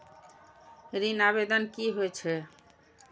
ऋण आवेदन की होय छै?